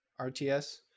rts